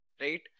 right